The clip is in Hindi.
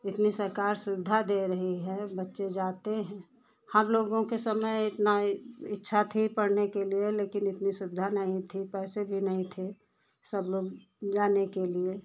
इतनी सरकार सुविधा दे रही है बच्चे जाते हैं हम लोगों के समय इतना इच्छा थी पढ़ने के लिए लेकिन इतनी सुविधा नहीं थी पैसे भी नहीं थे सब लोग जाने के लिए